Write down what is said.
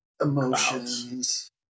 Emotions